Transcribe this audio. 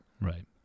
Right